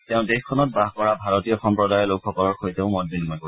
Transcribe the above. তেওঁ দেশখনত বাস কৰা ভাৰতীয় সম্প্ৰদায়ৰ লোকসকলৰ সৈতেও মত বিনিময় কৰিব